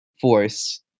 force